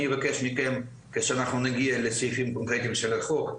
אני אבקש מכם עת נגיע לסעיפים קונקרטיים של החוק,